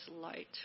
light